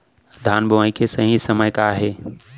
धान बोआई के सही समय का हे?